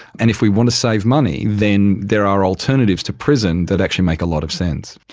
and if we want to save money, then there are alternatives to prison that actually make a lot of sense.